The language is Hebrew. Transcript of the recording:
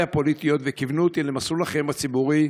הפוליטיות וכיוונו אותי למסלול החיים הציבורי,